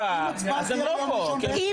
אני לא מבין, למה אתה צריך הפסקה?